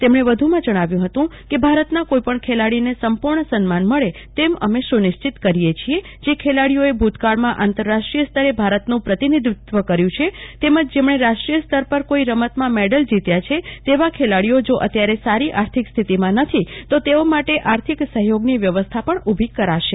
તેમજ઼ો વ્યુમાં જજ્ઞાવ્યું હતું કે ભારતના કોઈ પજ્ઞ ખેલાડીને સંપૂર્જ઼ સન્માન મળે એ અમે સુનિશ્ચિત કરીએ છીએ જે ખેલાડીઓએ ભૂતકાળમાં આંતરરાષ્ટ્રીય સ્તરે ભારતનું પ્રતિનિધિત્વ કર્યું છે તેમજ જેમણે રાષ્ટ્રીય સ્તર પર કોઈ રમતમાં મેડલ જીત્યો હોય એવા ખેલાડીઓ જો અત્યારે સારી આર્થિક સ્થિતિમાં નથી તો એમના માટે આર્થિક સહયોગની વ્યવસ્થા પણ ઉભી કરી રહ્યાં છીએ